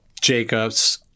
Jacobs